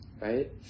Right